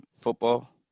football